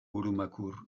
burumakur